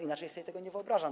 Inaczej sobie tego nie wyobrażam.